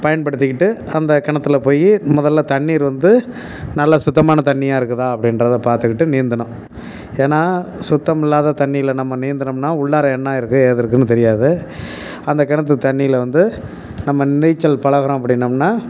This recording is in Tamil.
பயன்படுத்திக்கிட்டு அந்தக் கிணத்துல போய் முதல்ல தண்ணீர் வந்து நல்ல சுத்தமான தண்ணியாக இருக்குதா அப்படின்றத பார்த்துக்கிட்டு நீந்தணும் ஏன்னா சுத்தம் இல்லாத தண்ணியில நம்ம நீந்துனோம்னால் உள்ளார என்ன இருக்குது ஏது இருக்குதுன்னு தெரியாது அந்த கிணத்துத் தண்ணியில வந்து நம்ம நீச்சல் பழகுறோம் அப்படின்னோம்னா